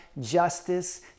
justice